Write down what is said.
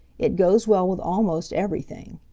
it goes well with almost everything.